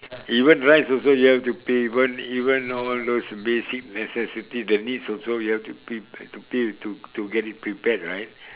even rice also you have to pay even even all those basic necessities the needs also you have to pre~ to pre~ to to get it prepared right